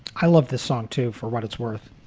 i love the song, too, for what it's worth.